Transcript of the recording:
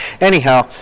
Anyhow